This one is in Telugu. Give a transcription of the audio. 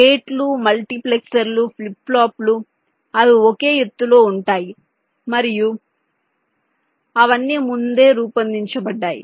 గేట్లు మల్టీప్లెక్సర్లు ఫ్లిప్ ఫ్లాప్లు అవి ఒకే ఎత్తులో ఉంటాయి మరియు అవన్నీ ముందే రూపొందించబడ్డాయి